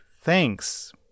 thanks